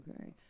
Okay